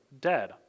dead